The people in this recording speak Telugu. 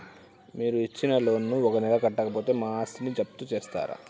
మీరు ఇచ్చిన లోన్ ను ఒక నెల కట్టకపోతే మా ఆస్తిని జప్తు చేస్తరా?